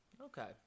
Okay